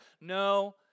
no